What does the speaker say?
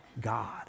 God